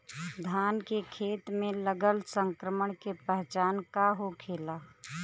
धान के खेत मे लगल संक्रमण के पहचान का होखेला?